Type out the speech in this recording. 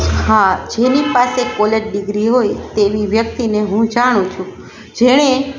હા જેની પાસે કોલેજ ડિગ્રી હોય તેવી વ્યક્તિને હું જાણું છું જેણે